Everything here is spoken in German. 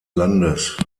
landes